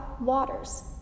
waters